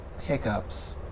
hiccups